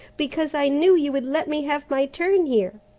because i knew you would let me have my turn here.